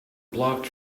blocked